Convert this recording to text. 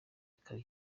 kikaba